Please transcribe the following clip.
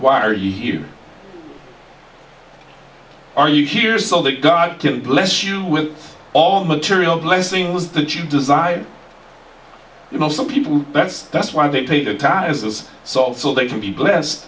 why are you here are you here so that god can bless you with all material blessings that you desire you know some people that's that's why they pay the tab as salt so they can be blessed